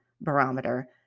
barometer